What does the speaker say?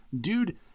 dude